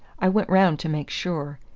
i went round to make sure.